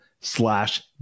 slash